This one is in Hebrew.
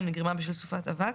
אם נגרמה בשל סופת אבק,